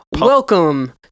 Welcome